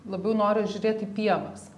labiau noriu žiūrėt į pievas